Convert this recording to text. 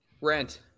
Rent